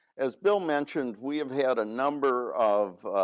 as bill mentioned, we have had a number of